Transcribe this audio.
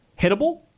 hittable